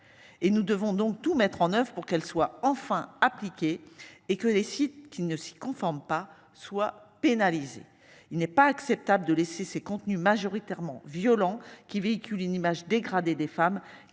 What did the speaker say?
et nous devons donc tout mettre en oeuvre pour qu'elle soit enfin appliquée et que les sites qui ne s'y conforment pas soient pénalisés. Il n'est pas acceptable de laisser ses contenus majoritairement violent qui véhicule une image dégradée des femmes